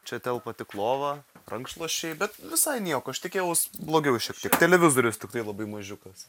čia telpa tik lova rankšluosčiai bet visai nieko aš tikėjaus blogiau šiek tiek televizorius tiktai labai mažiukas